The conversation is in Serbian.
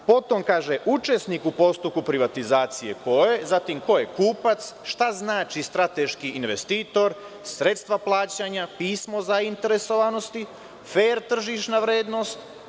Potom kaže - učesnik u postupku privatizacije, koje privatizacije, zatim ko je kupac, šta znači strateški investitor, sredstva plaćanja, pismo zainteresovanosti, fer tržišna vrednost.